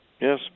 Yes